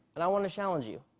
and i want to challenge you.